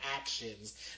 actions